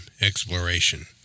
exploration